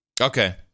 Okay